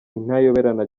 intayoberana